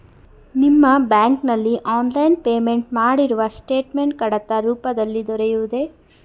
ನಿಮ್ಮ ಬ್ಯಾಂಕಿನಲ್ಲಿ online payment ಮಾಡಿರುವ ಸ್ಟೇಟ್ಮೆಂಟ್ ಕಡತ ರೂಪದಲ್ಲಿ ದೊರೆಯುವುದೇ?